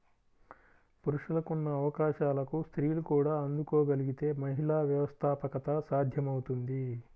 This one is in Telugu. పురుషులకున్న అవకాశాలకు స్త్రీలు కూడా అందుకోగలగితే మహిళా వ్యవస్థాపకత సాధ్యమవుతుంది